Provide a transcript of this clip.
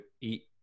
eat